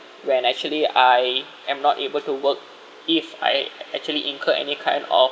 when actually I am not able to work if I ac~ actually incur any kind of